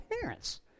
parents